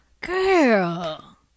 girl